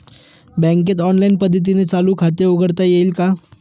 बँकेत ऑनलाईन पद्धतीने चालू खाते उघडता येईल का?